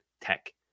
tech